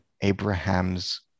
abraham's